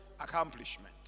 accomplishment